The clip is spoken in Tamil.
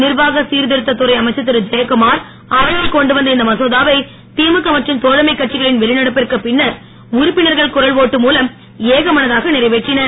நிர்வாக சீர்திருத்தத் துறை அமைச்சர் திருஜெயக்குமார் அவையில் கொண்டுவந்த இந்த மசோதாவை திமுக மற்றும் தோழமைக் கட்சிகளின் வெளிநடப்பிற்குப் பின்னர் உறுப்பினர்கள் குரல் ஒட்டு மூலம் ஏகமனதாக நிறைவேற்றினர்